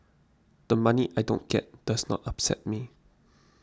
the money I don't get does not upset me